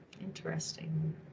Interesting